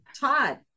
Todd